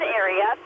area